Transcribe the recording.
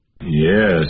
Yes